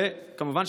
וכמובן,